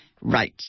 Right